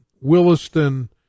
Williston